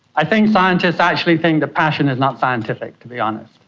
i think scientists actually think that passion is not scientific, to be honest.